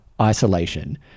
isolation